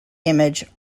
image